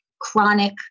chronic